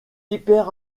hyper